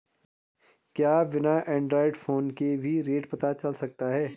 क्या बिना Android phone के भी रेट पता चल सकता है?